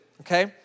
okay